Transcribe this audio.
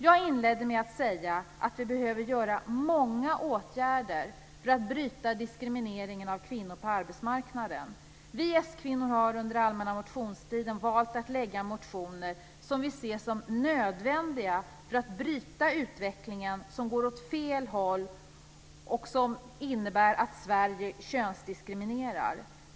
Jag inledde med att säga att vi behöver vidta många åtgärder för att bryta diskrimineringen av kvinnor på arbetsmarknaden. Vi s-kvinnor har under allmänna motionstiden valt att lägga fram motioner som vi ser som nödvändiga för att bryta utvecklingen som går åt fel håll och som innebär att Sverige könsdiskriminerar.